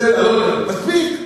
מספיק,